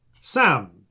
Sam